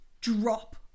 drop